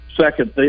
second